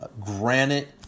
granite